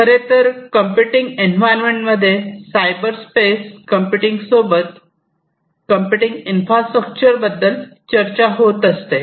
खरेतर computing environment मध्ये cyber space computing सोबत कम्प्युटिंग इन्फ्रास्ट्रक्चर बद्दल चर्चा होत असते